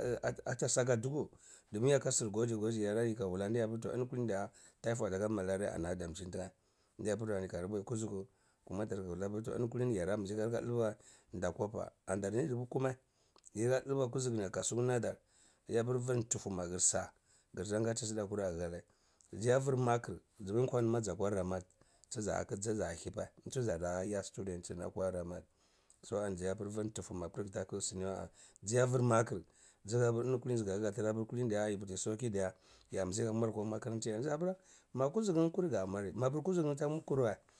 rata saka duku domin yarka sr gwaji gwaji yara yika wula ton ini kulini diya typhoid aka malaria ana damcin tinaz ndyapr ani ka mbai ku zugh madar gr wula prton ini kulini yarambzi ka ika dlba wan da kwapa ani dar ni duba kunae yi lka dlba kazuguni a kasuku nadir ndyapr vntuhu magr sa grtan gati sdae aghalai kya vr makr dun nkwar zakwa ramat tzak tza hivae tsu tzadu. Ya student tr ni akwa kamat so ani zeya apr vrntufu mapr ndakl sini wae dzaja vr makr zada pri ni kulini zka kga tra apr kulini diya yituli sanki diya yambzi ki mwar akwa makaranta ya yapr makeizughur nae kerig mwari mapr kuzurnae tan kurwae.